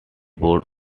board